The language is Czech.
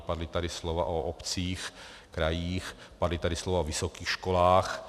Padla tady slova o obcích, krajích, padla tady slova o vysokých školách.